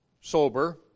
sober